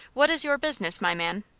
what is your business, my man?